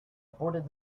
aborted